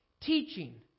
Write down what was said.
teaching